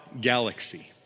galaxy